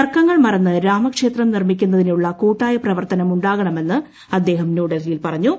തർക്കങ്ങൾ മറന്ന് രാമക്ഷേത്രം നിർമ്മിക്കുന്നതിനുള്ള കൂട്ടായ പ്രവർത്തനം ഉണ്ടാകണമെന്ന് അദ്ദേഹം ന്യൂഡൽഹിയിൽ പറഞ്ഞു